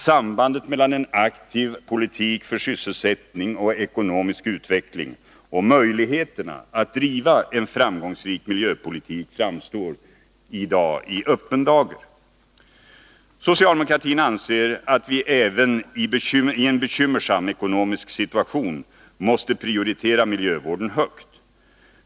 Sambandet mellan en aktiv politik för sysselsättning och ekonomisk utveckling och möjligheterna att driva en framgångsrik miljöpolitik framstår nu i öppen dager. Socialdemokratin anser att vi även i en bekymmersam ekonomisk situation måste prioritera miljövården högt.